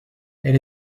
elle